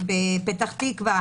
בפתח תקווה